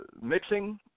mixing